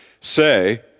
say